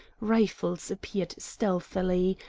rifles appeared stealthily,